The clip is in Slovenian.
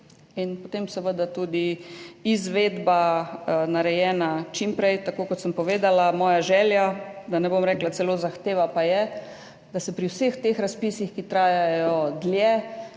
in potem seveda tudi izvedba narejena čim prej. Tako kot sem povedala, moja želja, da ne bom rekla celo zahteva, pa je, da se pri vseh teh razpisih, ki trajajo dlje,